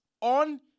on